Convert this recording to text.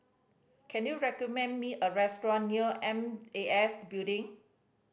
can you recommend me a restaurant near M A S Building